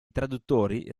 traduttori